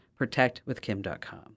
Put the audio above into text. protectwithkim.com